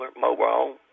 Mobile